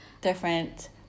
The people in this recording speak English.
Different